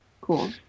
Cool